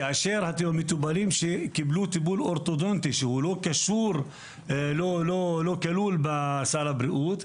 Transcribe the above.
כאשר המטופלים שקיבלו טיפול אורתודנטי שהוא לא כלול בסל הבריאות,